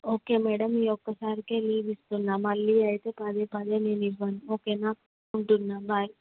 okay madam ఈ ఒక్కసారికే leave ఇస్తున్నాను మళ్ళీ అయితే పదే పదే నేను ఇవ్వను ఓకే నా ఉంటాను బై